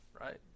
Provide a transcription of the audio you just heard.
right